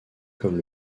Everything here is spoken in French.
comme